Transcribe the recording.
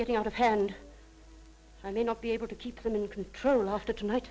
getting out of hand i may not be able to keep them in control after tonight